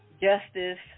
Justice